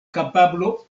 kapablo